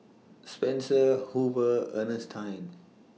Spencer Hoover Ernestine